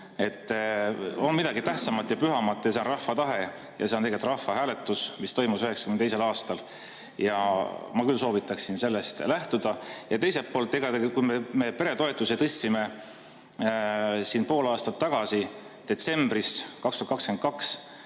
On midagi tähtsamat ja pühamat, see on rahva tahe ja see on tegelikult rahvahääletus, mis toimus 1992. aastal. Ma küll soovitaksin sellest lähtuda. Teiselt poolt, kui me tõstsime peretoetusi pool aastat tagasi, detsembris 2022,